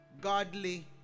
Godly